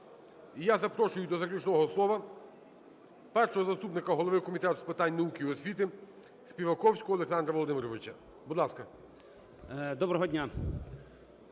я запрошую до доповіді першого заступника голови Комітету з питань науки і освіти Співаковського Олександра Володимировича. Будь ласка. 13:46:38